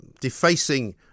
defacing